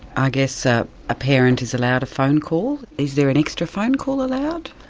i guess ah a parent is allowed a phone call is there an extra phone call allowed?